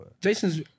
Jason's